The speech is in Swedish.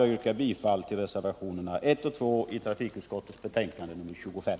Jag yrkar bifall till reservationerna 1 och 2 i trafikutskottets betänkande nr 25.